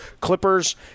Clippers